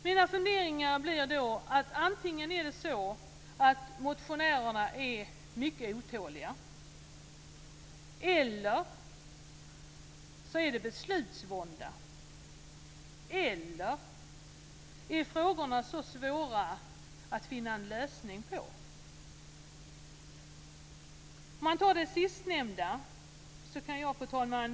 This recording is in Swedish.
Mina funderingar är då att antingen är motionärerna mycket otåliga eller också är det beslutsvånda. Eller är det så svårt att finna lösningar på frågorna? Fru talman!